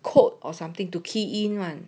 quote or something to key in [one]